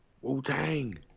Wu-Tang